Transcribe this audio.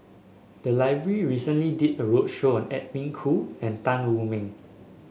the library recently did a roadshow on Edwin Koo and Tan Wu Meng